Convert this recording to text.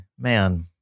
Man